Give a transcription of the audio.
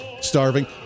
starving